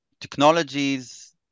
technologies